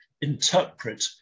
interpret